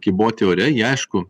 kyboti ore jie aišku